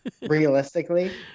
Realistically